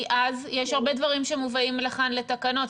יש הרבה דברים שמובאים לכאן לתקנות.